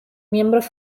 miembros